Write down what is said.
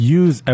use